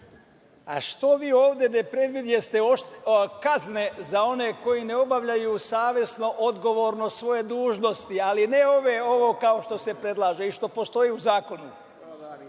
što vi ovde ne predvideste kazne za one koji ne obavljaju savesno, odgovorno svoje dužnosti, ali ne ovo kao što se predlaže, što postoji u zakonu?